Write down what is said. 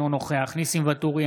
אינו נוכח ניסים ואטורי,